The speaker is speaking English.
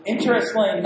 Interestingly